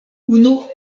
unu